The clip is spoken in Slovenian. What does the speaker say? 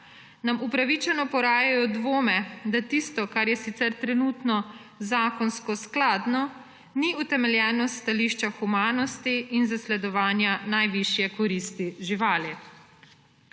nam upravičeno porajajo dvome, da tisto, kar je sicer trenutno zakonsko skladno, ni utemeljeno s stališča humanosti in zasledovanja najvišje koristi živali.